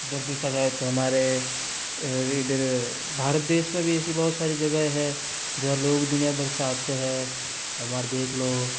इधर देखा जाए तो हमारे इधर भारत देश में भी ऐसी बहुत सारी जगहें हैं जहाँ लोग दुनिया भर से आते हैं हमारे देख लो